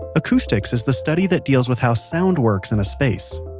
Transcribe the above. acoustics is the study that deals with how sound works in a space.